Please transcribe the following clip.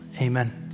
Amen